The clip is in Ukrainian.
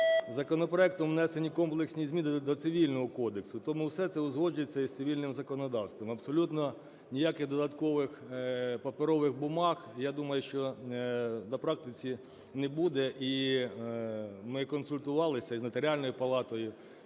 законопроектом внесені комплексні зміни до Цивільного кодексу, тому все це узгоджується із цивільним законодавством. Абсолютно ніяких додаткових паперових бумаг, я думаю, що на практиці не буде. І ми консультувалися і з Нотаріальною палатою,